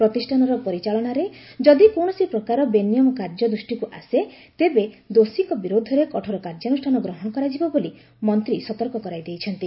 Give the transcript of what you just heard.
ପ୍ରତିଷ୍ଠାନର ପରିଚାଳନାରେ ଯଦି କୌଣସି ପ୍ରକାର ବେନିୟମ କାର୍ଯ୍ୟ ଦୃଷ୍ଟିକୁ ଆସେ ତେବେ ଦୋଷୀ ବିରୁଦ୍ଧରେ କଠୋର କାର୍ଯ୍ୟାନୁଷ୍ଠାନ ଗ୍ରହଣ କରାଯିବ ବୋଲି ମନ୍ତ୍ରୀ ସତର୍କ କରାଇ ଦେଇଛନ୍ତି